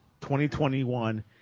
2021